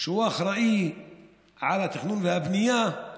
שהוא אחראי לתכנון והבנייה,